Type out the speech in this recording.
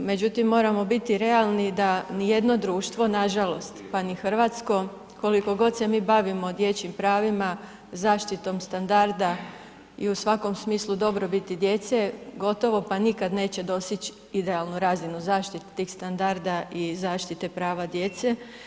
Međutim, moramo biti realni da ni jedno društvo nažalost, pa ni hrvatsko, koliko god se mi bavimo dječjim pravima, zaštitom standarda i u svakom smislu dobrobiti djece, gotovo pa nikad neće doseći idealnu razinu zaštite tih standarda i zaštite prava djece.